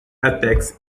attacks